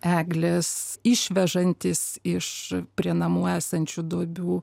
eglės išvežantys iš prie namų esančių duobių